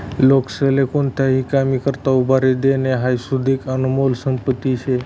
लोकेस्ले कोणताही कामी करता उभारी देनं हाई सुदीक आनमोल संपत्ती शे